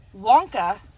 Wonka